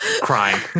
crying